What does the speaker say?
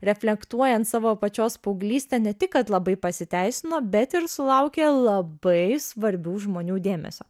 reflektuojant savo pačios paauglystę ne tik kad labai pasiteisino bet ir sulaukė labai svarbių žmonių dėmesio